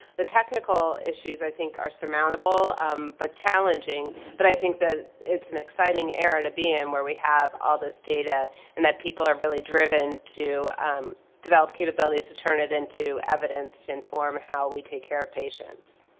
the technical issues i think are surmountable um but challenging, but i think that it's an exciting era to be in where we have all this data and that people are really driven to develop capabilities to turn it into evidence to inform how we take care of patients.